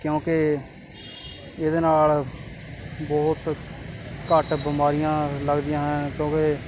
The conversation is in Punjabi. ਕਿਉਂਕਿ ਇਹਦੇ ਨਾਲ ਬਹੁਤ ਘੱਟ ਬਿਮਾਰੀਆਂ ਲੱਗਦੀਆਂ ਹੈ ਕਿਉਂਕਿ